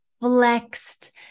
flexed